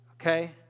okay